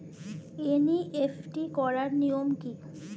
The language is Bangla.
এন.ই.এফ.টি করার নিয়ম কী?